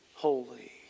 holy